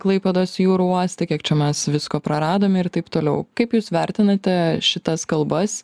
klaipėdos jūrų uoste kiek čia mes visko praradome ir taip toliau kaip jūs vertinate šitas kalbas